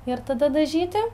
ir tada dažyti